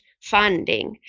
funding